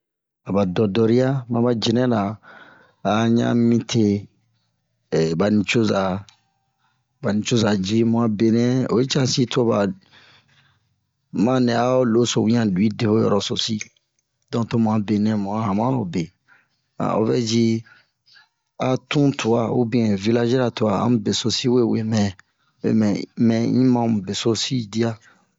aba dɔdɔriya maba jinnɛra a a ɲan'anmi mite ɓa nucoza ɓa nucoza ji mu a benɛ oyi casi to ɓa mu ma nɛ a ho loso luwi deho yorososi donk tomu a benɛ tomu a hanmarobe o vɛ ji a tun twa ubiyɛn vilazi-ra twa amu besosi we wee mɛ mɛ un mɛ in ma mu besosi diya